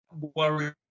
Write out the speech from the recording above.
worry